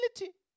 reality